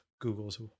Google's